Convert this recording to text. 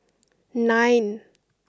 nine